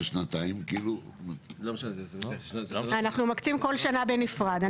אנחנו מקצים בכל שנה בנפרד.